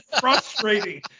frustrating